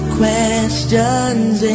questions